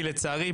לצערי,